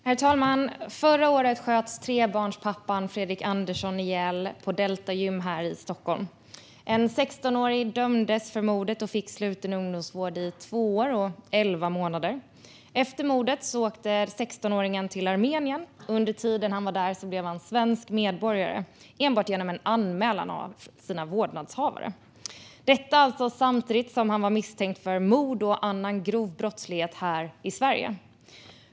Herr talman! Förra året sköts trebarnspappan Fredrik Andersson ihjäl på Delta Gym här i Stockholm. En 16-åring dömdes för mordet och fick sluten ungdomsvård i två år och elva månader. Efter mordet åkte 16-åringen till Armenien, och under den tid han var där blev han svensk medborgare enbart genom en anmälan från hans vårdnadshavare. Detta skedde alltså samtidigt som han var misstänkt för mord och annan grov brottslighet här i Sverige.